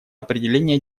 определение